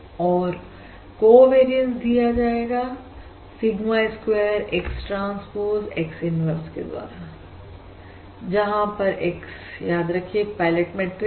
और कोवेरियंस दिया जाता है sigma square X transpose X inverse के द्वारा जहां पर X याद रखिए एक पायलट मैट्रिक्स है